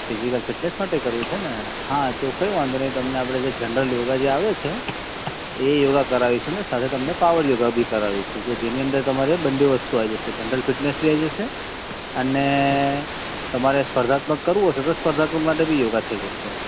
physical fitness માટે કરવું છે ને હા તો કઈ વાંધો નહીં તમને આપણે જે જનરલ યોગા જે આવે છે એ યોગા કરાવીશું ને સાથે તમને પાવર યોગા બી કરાવીશું જેની અંદર તમારે બંને વસ્તુ આવી જશે જનરલ ફિટનેસ બી આવી જશે અને તમારે સ્પર્ધાત્મક કરવું હશે તો સ્પર્ધાત્મક માટે બી યોગા થઈ જશે